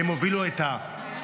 הם הובילו את הרוע,